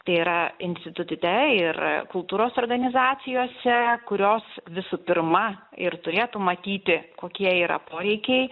tai yra institutute ir kultūros organizacijose kurios visų pirma ir turėtų matyti kokie yra poreikiai